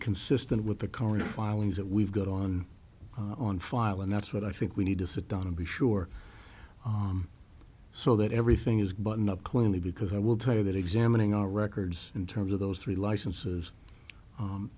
consistent with the current filings that we've got on on file and that's what i think we need to sit down and be sure so that everything is buttoned up clearly because i will tell you that examining our records in terms of those three licenses